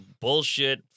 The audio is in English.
bullshit